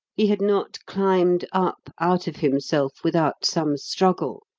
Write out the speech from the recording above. he had not climbed up out of himself without some struggle,